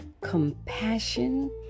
compassion